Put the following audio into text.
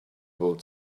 boat